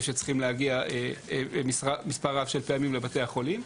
שצריכים להגיע מספר רב של פעמים לבתי החולים,